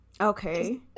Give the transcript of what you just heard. Okay